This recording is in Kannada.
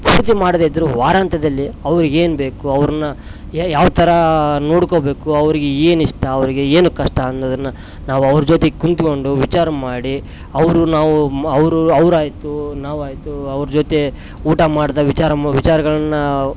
ಪೂರ್ತಿ ಮಾಡದಿದ್ದರು ವಾರಾಂತ್ಯದಲ್ಲಿ ಅವರಿಗೇನು ಬೇಕು ಅವ್ರನ್ನ ಯಾವ ಥರಾ ನೋಡ್ಕೊಬೇಕು ಅವರಿಗೆ ಏನು ಇಷ್ಟ ಅವರಿಗೆ ಏನು ಕಷ್ಟ ಅನ್ನೋದನ್ನ ನಾವು ಅವರ ಜೊತೆ ಕೂತ್ಕೊಂಡು ವಿಚಾರ ಮಾಡಿ ಅವರು ನಾವು ಅವರು ಅವ್ರಾಯಿತು ನಾವಾಯಿತು ಅವರ ಜೊತೆ ಊಟ ಮಾಡ್ದಾಗ ವಿಚಾರಗಳನ್ನ